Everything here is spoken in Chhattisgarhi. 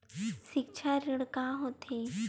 सिक्छा ऋण का होथे?